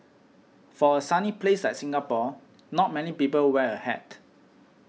for a sunny place like Singapore not many people wear a hat